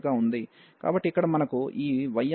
కాబట్టి ఇక్కడ మనకు ఈ y అనేది x2 కు సమానం